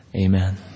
Amen